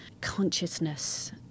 consciousness